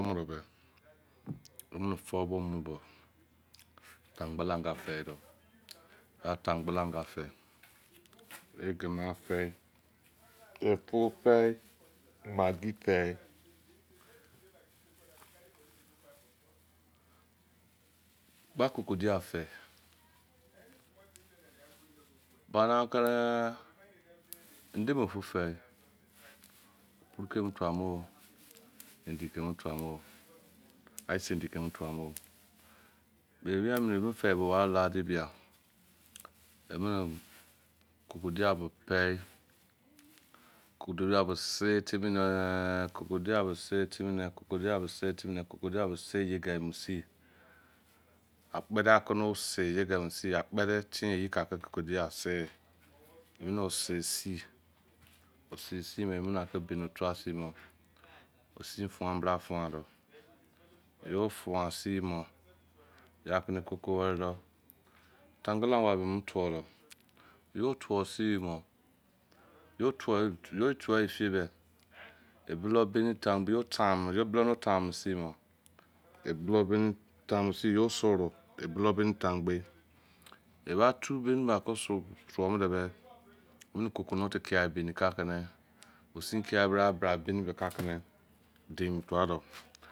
Emene for bo mu bo, atan gbala anga fei do ya abangbala anga fei ye egina fei opuru fei maggi fei ba kokodia fei bamake endemefu fei opuru ke emu tua moh endi ke emu tua noh ice endi ke emu tua moh be eyi mene emo fei bo wari la de bia emene kokodian beh pei kokodia beh si timi neh kokodia beh si yegemu sin akpede ake no osi yegemu sin akpede tin me eyi ka ake kokodia beh sei emene osei osei sin boh emene ake bein otua sin boh osin fuan bra fuan doh yo fuan sin bo ya akene ekoku weri doh. Atangbala anga be emu tuo boh yo tuo sin boh tuoi efie beh e bulo beni tanmu yo tanmu yo tammu ebulo o tan mu sin boh yo soru e bulo beri tangbein eba tu beni ba ake o soru tuo muno beh coconut kia beni ka ake ne osun kia bra beni ka akene dein mu doh